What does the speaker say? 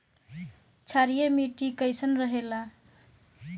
क्षारीय मिट्टी कईसन रहेला?